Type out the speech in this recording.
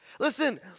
Listen